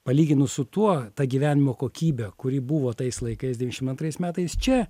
palyginus su tuo ta gyvenimo kokybe kuri buvo tais laikais devyniasdešimt antrais metais čia